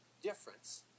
difference